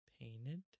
painted